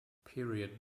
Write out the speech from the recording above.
period